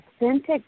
authentic